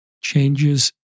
changes